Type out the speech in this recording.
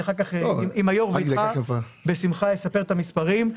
עם היו"ר ואיתך בשמחה אספר את המספרים,